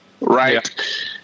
right